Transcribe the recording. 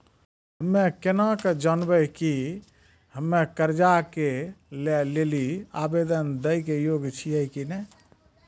हम्मे केना के जानबै कि हम्मे कर्जा लै लेली आवेदन दै के योग्य छियै कि नै?